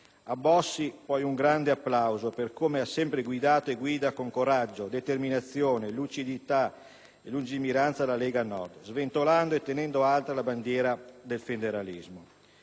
A Bossi rivolgo un grande applauso per aver sempre guidato e per guidare ancora con coraggio, determinazione, lucidità e lungimiranza la Lega Nord, sventolando e tenendo alta la bandiera del federalismo.